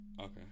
Okay